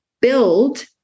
build